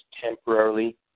temporarily